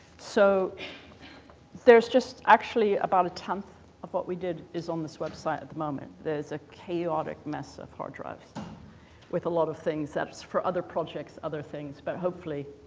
so there's just actually about a tenth of what we did is on this website at the moment. there's a chaotic mess of hard drives with a lot of things that's for other projects, other things. but hopefully.